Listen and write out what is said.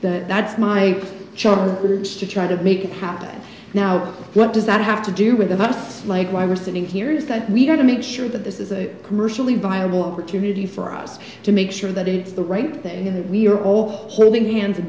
that that's my job to try to make it happen now what does that have to do with us like why we're sitting here is that we've got to make sure that this is a commercially viable community for us to make sure that it's the right thing that we're all holding hands and